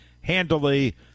handily